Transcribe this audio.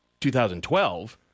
2012